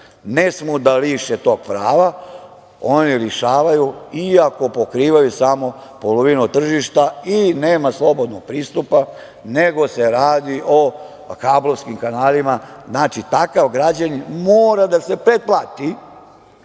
ne smeju da liše tog svog prava, oni lišavaju, i ako pokrivaju samo polovinu tržišta i nema slobodnog pristupa, nego se radi o kablovskim kanalima. Znači, takav građanin mora da se pretplati